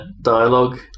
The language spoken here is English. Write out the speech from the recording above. dialogue